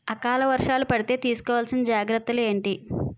ఆకలి వర్షాలు పడితే తీస్కో వలసిన జాగ్రత్తలు ఏంటి?